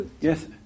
Yes